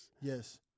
Yes